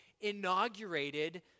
inaugurated